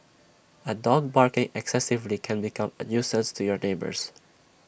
A dog barking excessively can become A nuisance to your neighbours